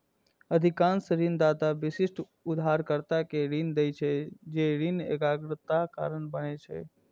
अधिकांश ऋणदाता विशिष्ट उधारकर्ता कें ऋण दै छै, जे ऋण एकाग्रताक कारण बनै छै